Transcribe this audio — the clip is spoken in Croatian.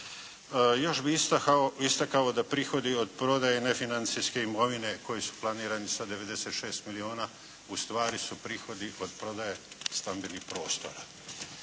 Još bih istakao da prihodi od prodaje nefinancijske imovine koji su planirani sa 96 milijuna ustvari su prihodi od prodaje stambenih prostora.